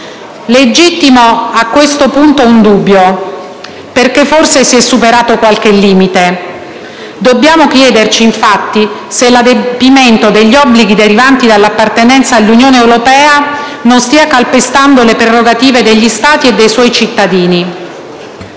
legittimo a questo punto un dubbio, perché forse si è superato qualche limite: dobbiamo chiederci se l'adempimento degli obblighi derivanti dall'appartenenza all'Unione europea non stia calpestando le prerogative degli Stati e dei suoi cittadini.